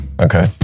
Okay